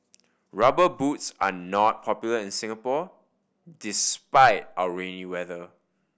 Rubber Boots are not popular in Singapore despite our rainy weather